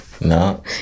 no